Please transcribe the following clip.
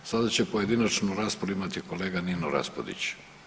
Sada će pojedinačnu raspravu imati kolega Nino Raspudić.